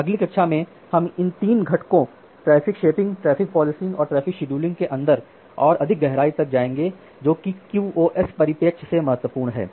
और अगली कक्षा में हम इन 3 घटकों ट्रैफ़िक शेपिंग ट्रैफ़िक पॉलिसिंग और ट्रैफ़िक शेड्यूलिंग के अंदर और अधिक गहराई तक जाएंगे जो कि QoS परिप्रेक्ष्य से बहुत महत्वपूर्ण हैं